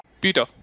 Peter